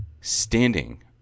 standing